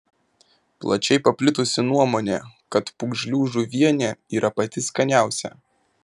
plačiai paplitusi nuomonė kad pūgžlių žuvienė yra pati skaniausia